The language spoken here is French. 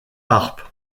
harpe